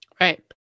Right